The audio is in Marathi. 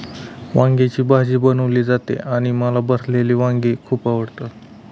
वांग्याची भाजी बनवली जाते आणि मला भरलेली वांगी खूप आवडतात